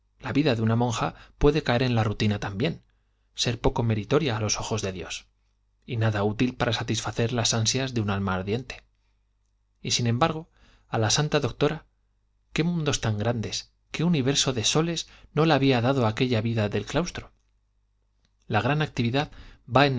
la vida de una monja puede caer en la rutina también ser poco meritoria a los ojos de dios y nada útil para satisfacer las ansias de un alma ardiente y sin embargo a la santa doctora qué mundos tan grandes qué universo de soles no la había dado aquella vida del claustro la gran actividad va